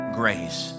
grace